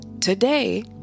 today